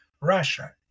Russia